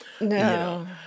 No